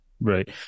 Right